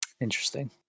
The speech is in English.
Interesting